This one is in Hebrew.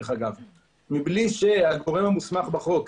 מבלי שהגורם המוסמך בחוק,